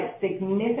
significant